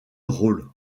rôle